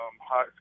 high